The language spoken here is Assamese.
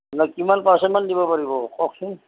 কিমান পাৰচেণ্টমান দিব পাৰিব কওকচোন